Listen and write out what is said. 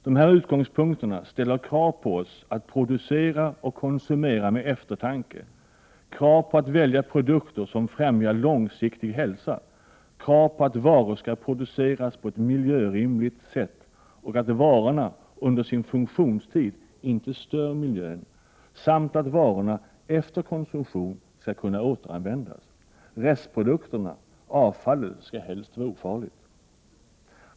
Dessa utgångspunkter ställer krav på oss att producera och konsumera med eftertanke — krav på att vi skall välja produkter som främjar långsiktig hälsa, krav på att varor skall produceras på ett miljörimligt sätt och att varorna under sin funktionstid inte stör miljön samt att varorna efter konsumtion skall kunna återanvändas. Restprodukterna — avfallet — skall helst vara ofarliga.